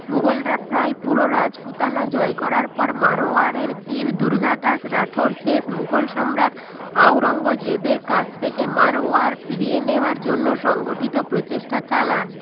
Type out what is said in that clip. মুঘলরা প্রায় পুরো রাজপুতানা জয় করার পর মারওয়ারের বীর দুর্গাদাস রাঠোর শেষ মুঘল সম্রাট আওরঙ্গজেবের কাছ থেকে মারওয়ার ফিরিয়ে নেওয়ার জন্য সংগঠিত প্রচেষ্টা চালান